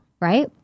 Right